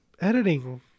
Editing